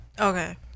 Okay